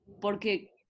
porque